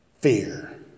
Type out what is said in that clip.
fear